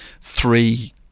three